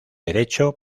derecho